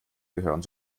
gehören